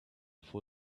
for